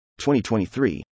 2023